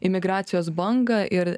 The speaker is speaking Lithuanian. imigracijos bangą ir